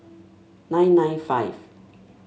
nine nine five